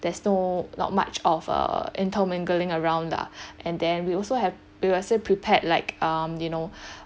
there's no not much of uh intermingling around lah and then we also have we will also prepare like um you know